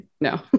no